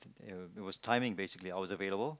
it was it was timing basically I was available